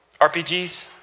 RPGs